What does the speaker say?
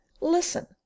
Listen